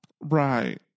Right